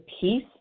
peace